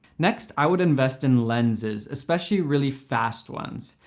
next i would invest in lenses, especially really fast ones.